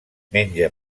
menja